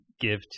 give